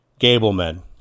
Gableman